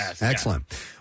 Excellent